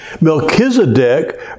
Melchizedek